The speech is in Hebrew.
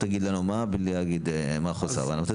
תסביר לנו בלי לומר חוסר הבנה.